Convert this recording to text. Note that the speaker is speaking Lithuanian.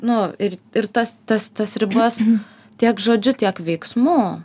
nu ir ir tas tas tas ribas tiek žodžiu tiek veiksmu